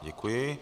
Děkuji.